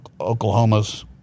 Oklahoma's